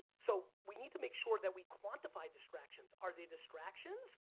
so, we need to make sure that we quantify distractions. are they distractions,